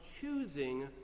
choosing